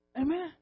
Amen